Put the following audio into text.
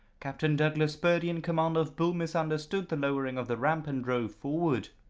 captain douglas purdy, in command of bull misunderstood the lowering of the ramp and drove forward.